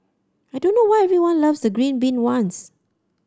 I don't know why everyone loves the green bean ones